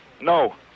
no